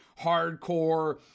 hardcore